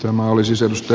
tämä olisi seudusta